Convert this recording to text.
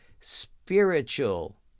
spiritual